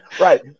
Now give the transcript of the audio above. Right